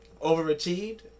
overachieved